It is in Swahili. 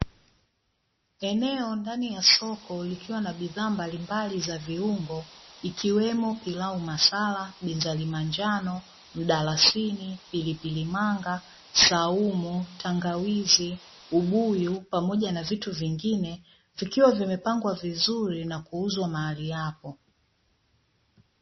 Eneo ndani ya soko likiwa na bidhaa mbalimbali za viungo ikiwemo: pilau masala, binzari manjano, mdalasini, pilipili manga, saumu, tangawizi, ubuyu pamoja na vitu vingine; vikiwa vimepangwa vizuri na kuuzwa mahali hapo.